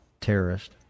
terrorist